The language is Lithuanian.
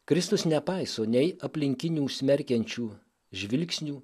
kristus nepaiso nei aplinkinių smerkiančių žvilgsnių